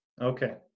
Okay